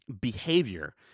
behavior